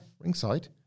ringside